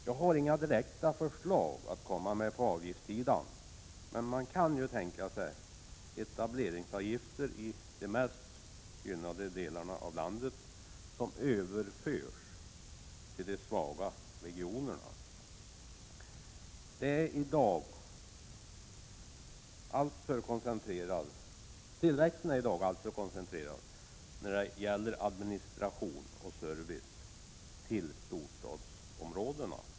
Jag har inga direkta förslag att komma med på avgiftssidan, men man kan ju tänka sig att införa etableringsavgifter i de mest gynnade delarna av landet och överföra de medlen till de svaga regionerna. Tillväxten är i dag när det gäller administration och service alltför koncentrerad till storstadsområdena.